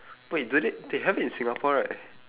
wait do they they have it in singapore right